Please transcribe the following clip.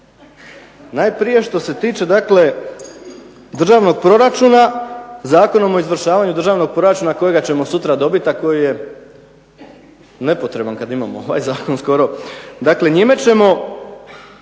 najprije što se tiče dakle državnog proračuna Zakonom o izvršavanju državnog proračuna kojega ćemo sutra dobiti, a koji je nepotreban kad imamo ovaj zakon skoro, dakle njime ćemo